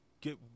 get